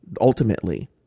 ultimately